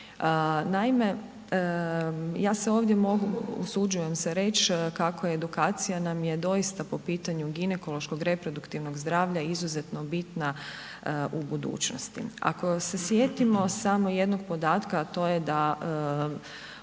Naime, ja se ovdje mogu, usuđujem se reći kako edukacija nam je doista po pitanju ginekološko reproduktivnog zdravlja izuzetno bitna u budućnosti. Ako se sjetimo samo jednog podatka a to je da